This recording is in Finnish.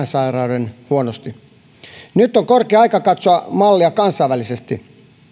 sairauden huonosti nyt on korkea aika katsoa mallia kansainvälisesti